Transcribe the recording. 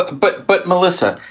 ah but but, melissa,